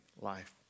life